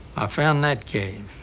i found that cave,